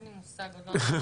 אין לי מושג על מה את מדברת.